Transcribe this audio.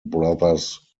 brothers